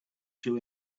two